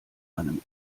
einem